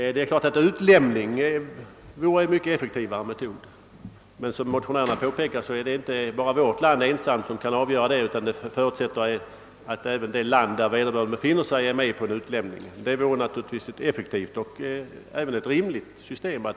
Utlämning vore en mycket effektivare metod, men som motionärerna har påpekat kan inte vårt land ensamt avgöra en sådan sak, utan även det land där vederbörande befinner sig måste gå med på utlämning. Det vore naturligtvis ett rimligt och effektivt system.